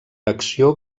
acció